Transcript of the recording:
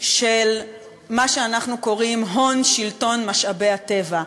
של מה שאנחנו קוראים הון שלטון משאבי-הטבע,